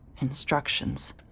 instructions